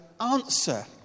answer